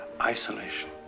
isolation